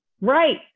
right